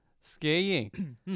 Skiing